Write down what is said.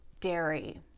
dairy